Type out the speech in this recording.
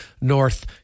North